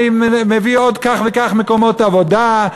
אני מביא עוד כך וכך מקומות עבודה,